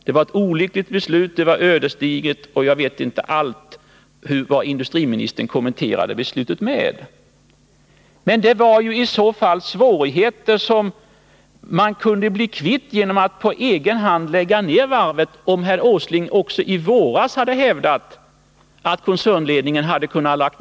Beslutet var olyckligt, ödesdigert — ja, jag vet inte alla negativa ord som industriministern kommenterade beslutet med. Men det var i så fall svårigheter som koncernledningen kunde bli kvitt genom att på egen hand lägga ned varvet, om herr Åsling också i våras hade den uppfattningen att koncernledningen hade denna möjlighet.